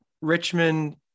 richmond